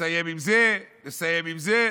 נסיים עם זה, נסיים עם זה.